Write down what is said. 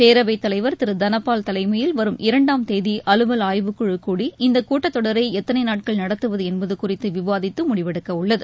பேரவைத் தலைவர் திரு தனபால் தலைமயில் வரும் இரண்டாம் தேதி அலுவல் ஆய்வுக்குழு கூடி இந்தக் கூட்டத் தொடரரை எத்தளை நாட்கள் நடத்துவது என்பது குறித்து விவாதித்து முடிவெடுக்க உள்ளது